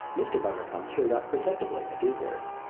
mr. bundercombe cheered up perceptibly at these words.